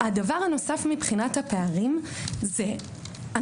הדבר הנוסף מבחינת הפערים הוא שאנחנו